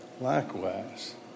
Likewise